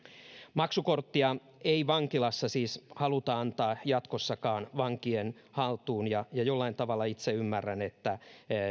maksukorttia ei vankilassa siis haluta antaa jatkossakaan vankien haltuun ja jollain tavalla itse ymmärrän että